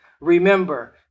Remember